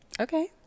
Okay